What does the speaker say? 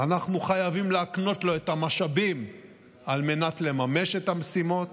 אנחנו חייבים להקנות לו את המשאבים על מנת לממש את המשימות,